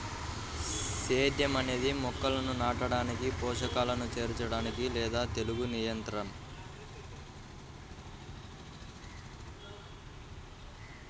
సేద్యం అనేది మొక్కలను నాటడానికి, పోషకాలను చేర్చడానికి లేదా తెగులు నియంత్రణ